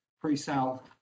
pre-sale